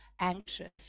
anxious